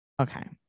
Okay